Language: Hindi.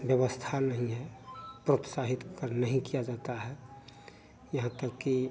व्यवस्था नहीं है प्रोत्साहित कर नहीं किया जाता है यहाँ तक कि